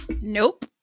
Nope